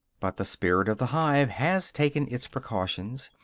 but the spirit of the hive has taken its precautions,